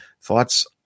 Thoughts